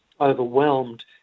overwhelmed